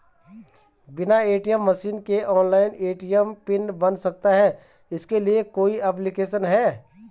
बिना ATM machine के online ATM PIN बन सकता है इसके लिए कोई ऐप्लिकेशन है?